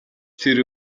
тэр